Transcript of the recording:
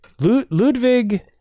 Ludwig